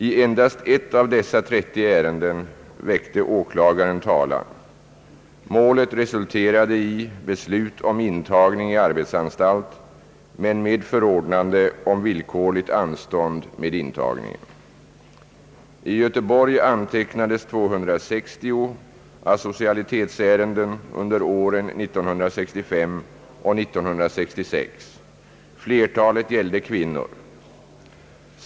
I endast ett av dessa 30 ärenden väckte åklagaren talan. Målet resulterade i beslut om intagning i arbetsanstalt men med förordnande om villkorligt anstånd med intagningen. I Göteborg antecknades 260 asocialitetsärenden åren 1965 och 1966. Flertalet gällde kvinnor.